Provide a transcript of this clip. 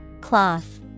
Cloth